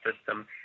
system